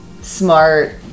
smart